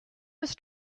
was